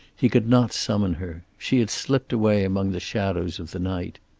he could not summon her. she had slipped away among the shadows of the night.